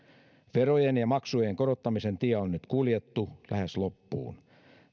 verojen ja maksujen korottamisen tie on nyt kuljettu lähes loppuun